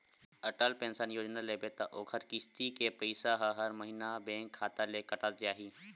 Atal pension योजना लेबे त ओखर किस्ती के पइसा ह हर महिना बेंक खाता ले कटत जाही